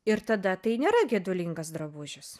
ir tada tai nėra gedulingas drabužis